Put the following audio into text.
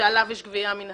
ועליו יש גבייה מינהלית.